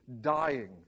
dying